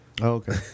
Okay